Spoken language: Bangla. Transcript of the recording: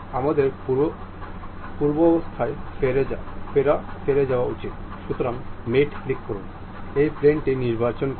আমরা অ্যানিমেশন সংরক্ষণ নির্বাচন করব